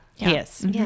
Yes